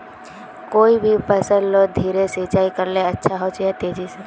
कोई भी फसलोत धीरे सिंचाई करले अच्छा होचे या तेजी से?